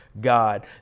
God